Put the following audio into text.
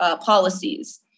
policies